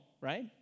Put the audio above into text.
right